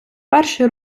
перший